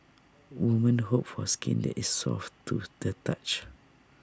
women hope for skin that is soft to the touch